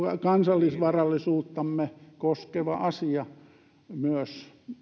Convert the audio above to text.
kansallisvarallisuuttamme koskeva asia myös